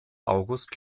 august